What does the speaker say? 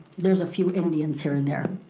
there's a few indians here and there.